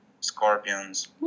Scorpions